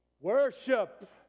worship